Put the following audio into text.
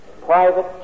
private